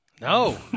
No